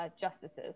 Justices